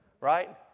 Right